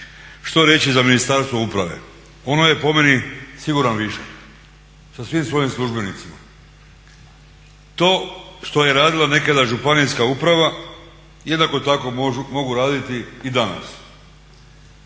Što reći za Ministarstvo uprave? Ono je po meni siguran višak sa svim svojim službenicima. To što je radila nekada županijska uprava jednako tako mogu raditi i danas.